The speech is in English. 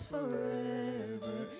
Forever